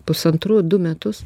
pusantrų du metus